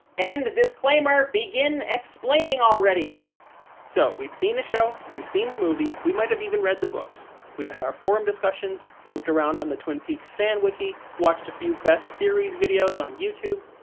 and disclaimer, begin explaining already so, we've seen the show, we've seen the movie, we might have even read the books. we've had our forum discussions, poked around on the twin peaks fan wiki, watched a few best theories videos on youtube.